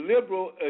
liberal